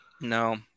no